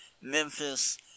Memphis